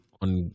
on